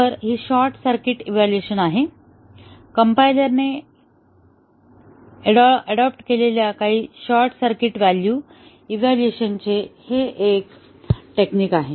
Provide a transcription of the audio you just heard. तर ही short circuit evaluation आहे कम्पायलरने ऍडॉप्ट केलेल्या काही शॉर्ट सर्किट व्हॅल्यू इव्हाल्युएशन चे हे एक टेक्निक आहे